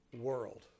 world